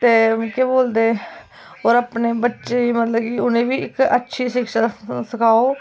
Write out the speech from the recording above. ते केह् बोलदे होर अपने बच्चें गी उ'नें मतलब अच्छी शिक्षा सखाओ